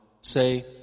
Say